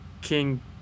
king